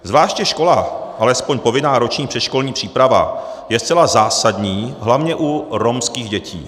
Zvláště škola, alespoň povinná roční předškolní příprava, je zcela zásadní hlavně u romských dětí.